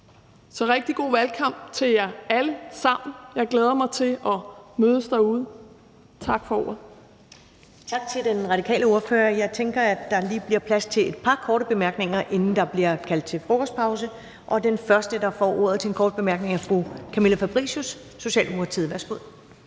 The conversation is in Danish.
Så rigtig god valgkamp til jer alle sammen. Jeg glæder mig til, at vi mødes derude. Tak for ordet. Kl. 11:57 Første næstformand (Karen Ellemann): Tak til den radikale ordfører. Jeg tænker, at der lige bliver plads til et par korte bemærkninger, inden der bliver kaldt til frokostpause. Og den første, der får ordet til en kort bemærkning, er fru Camilla Fabricius, Socialdemokratiet. Værsgo.